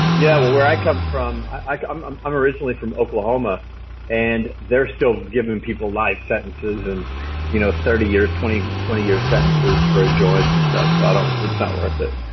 yeah, well where i come from, i'm um originally from oklahoma and they're still giving people life sentences and you know thirty years, twenty twenty year sentences for a joint and stuff, so sort of it's not worth it.